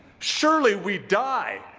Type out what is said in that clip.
surely we die,